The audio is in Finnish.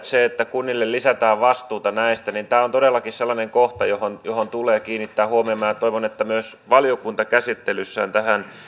se että kunnille lisätään vastuuta näistä alueista on todellakin sellainen kohta johon johon tulee kiinnittää huomiota toivon että myös valiokunta käsittelyssään tähän